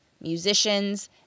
musicians